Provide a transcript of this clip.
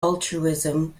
altruism